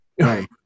Right